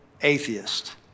Atheist